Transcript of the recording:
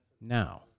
Now